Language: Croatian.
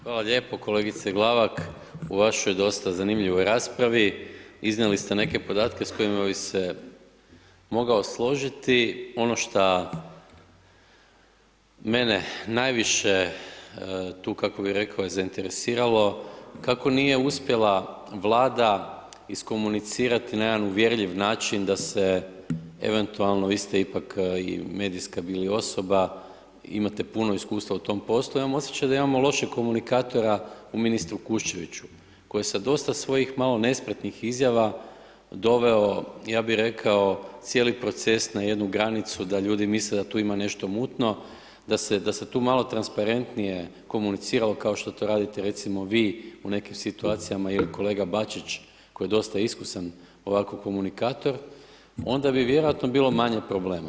Hvala lijepo kolegice Glavak, u vašoj dosta zanimljivoj raspravi iznijeli ste neke podatke s kojima bi se mogao složiti, ono šta mene najviše tu kako bi rekao je zainteresiralo kako nije uspjela Vlada iskomunicirati na jedan uvjerljiv način da se eventualno vi ste ipak i medijska bili osoba imate puno iskustva u tom poslu, imam osjećaj da imamo lošeg komunikatora u ministru Kuščeviću koji sa dosta svojih malo nespretnih izjava doveo ja bi rekao cijeli proces na jednu granicu da ljudi misle da tu ima nešto mutno, da se tu malo transparentnije komuniciralo kao što to radite recimo vi u nekim situacijama ili kolega Bačić koji je dosta iskusan ovako komunikator onda bi vjerojatno bilo manje problema.